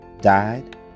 died